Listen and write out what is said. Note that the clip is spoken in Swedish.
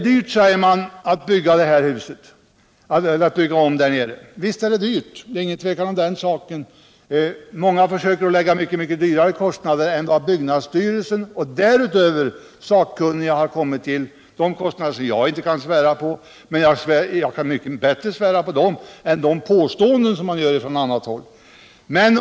Man säger att det är dyrt att bygga om på Helgeandsholmen. Visst är det dyrt, det är inget tvivel om den saken. Många talar om mycket högre kostnader än dem byggnadsstyrelsen och andra sakkunniga kommit fram till. Jag kan inte svära på att deras kostnadsuppgifter är riktiga, men jag kan hellre svära på dem än på de påståenden som görs på annat håll.